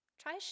try